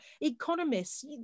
economists